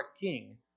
king